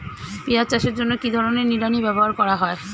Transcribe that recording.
পিঁয়াজ চাষের জন্য কি ধরনের নিড়ানি ব্যবহার করা হয়?